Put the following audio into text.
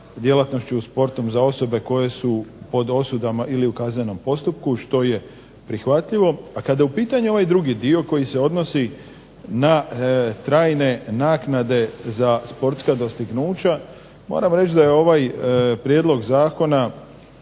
djelatnošću športom za osobe koje su pod osudama ili u kaznenom postupku što je prihvatljivo, a kada je u pitanju ovaj drugi dio koji se odnosi na trajne naknade za sportska dostignuća moram reći da je ovaj prijedlog zakona